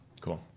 Cool